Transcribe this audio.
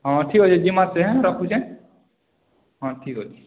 ହଁ ଠିକ୍ ଅଛେଁ ଜିମା ଫିର୍ ହେଁ ରଖୁଛେଁ ହଁ ଠିକ୍ ଅଛେଁ